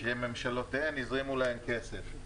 שממשלותיהן הזרימו להן כסף.